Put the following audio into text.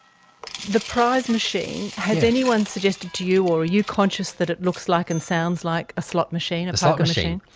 the prize machine, has anyone suggested to you or are you conscious that it looks like and sounds like a slot machine, a poker machine?